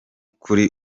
kuri